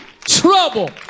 trouble